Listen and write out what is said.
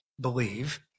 believe